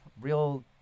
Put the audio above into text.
real